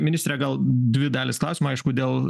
ministre gal dvi dalys klausimų aišku dėl